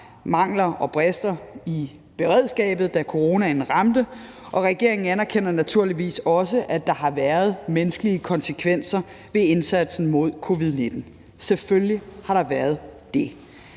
mangler og brister i beredskabet, da coronaen ramte, og regeringen anerkender naturligvis også, at der har været menneskelige konsekvenser ved indsatsen mod covid-19 – selvfølgelig har der været det.